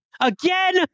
Again